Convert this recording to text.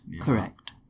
correct